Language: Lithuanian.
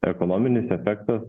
ekonominis efektas